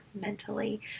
mentally